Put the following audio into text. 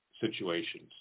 situations